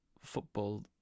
football